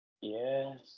Yes